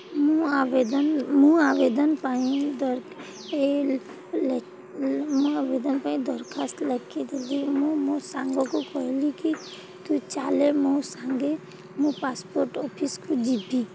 ମୁଁ ଆବେଦନ ମୁଁ ଆବେଦନ ପାଇଁ ମୁଁ ଆବେଦନ ପାଇଁ ଦରଖାସ୍ତ ଲେଖିଦେବି ମୁଁ ମୋ ସାଙ୍ଗକୁ କହିଲି କି ତୁ ଚାଲ ମୋ ସାଙ୍ଗେ ମୋ ପାସ୍ପୋର୍ଟ୍ ଅଫିସ୍କୁ ଯିବି